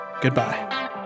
Goodbye